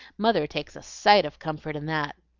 mother takes a sight of comfort in that.